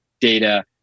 data